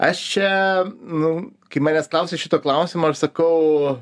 aš čia nu kai manęs klausia šito klausimo aš sakau